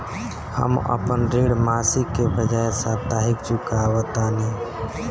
हम अपन ऋण मासिक के बजाय साप्ताहिक चुकावतानी